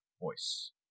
voice